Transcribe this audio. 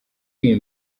iri